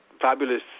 fabulous